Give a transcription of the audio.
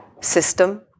system